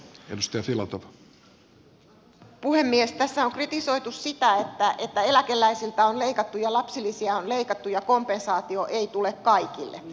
tässä on kritisoitu sitä että eläkeläisiltä on leikattu ja lapsilisiä on leikattu ja kompensaatio ei tule kaikille